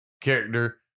character